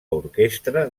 orquestra